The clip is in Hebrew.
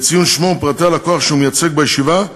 בציון שמו ופרטי הלקוח שהוא מייצג בישיבה.